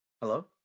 hello